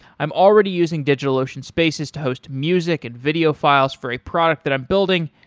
i'm already using digitalocean spaces to host music and video files for a product that i'm building,